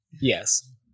yes